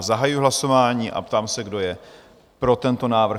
Zahajuji hlasování a ptám se, kdo je pro tento návrh?